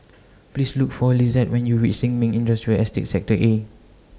Please Look For Lizette when YOU REACH Sin Ming Industrial Estate Sector A